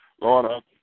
Lord